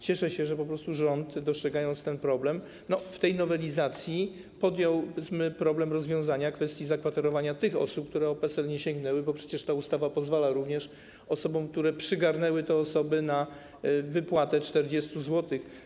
Cieszę się, że po prostu rząd, dostrzegając ten problem, w tej nowelizacji podjął problem rozwiązania kwestii zakwaterowania tych osób, które po PESEL nie sięgnęły, bo przecież ta ustawa pozwala również osobom, które przygarnęły te osoby, na wypłatę 40 zł.